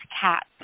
cats